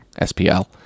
SPL